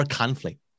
conflict